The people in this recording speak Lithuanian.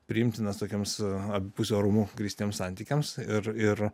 priimtinas tokioms abipusiu orumu grįstiems santykiams ir ir